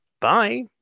Bye